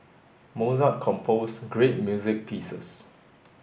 Mozart composed great music pieces